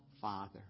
Father